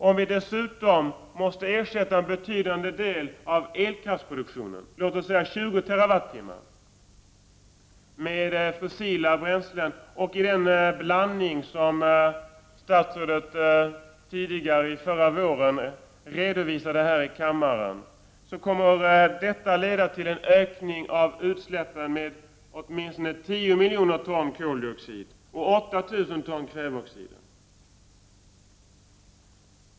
Om vi dessutom måste ersätta en betydande del av elkraftsproduktionen, låt oss säga 20 TWh, med fossila bränslen med den fördelning som statsrådet förra våren redovisade här i kammaren, kommer detta att leda till en ökning av utsläppen med åtminstone 10 miljoner ton koldioxid och 8000 ton kväveoxider.